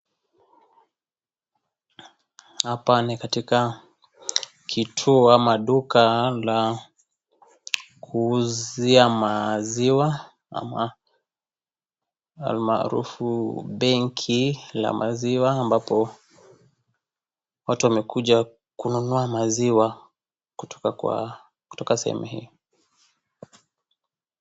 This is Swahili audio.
Hapa ni katika kituo ama duka la kuuzia maziwa, ama almaarufu benki la maziwa, ambapo watu wamekuja kununua maziwa kutoka kwa kutoka sehemu hii.